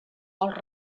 els